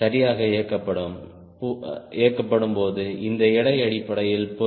சரியாக இயக்கப்படும் போது இந்த எடை அடிப்படையில் பொருள்